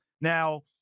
Now